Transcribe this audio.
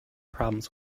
problems